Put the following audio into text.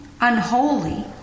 unholy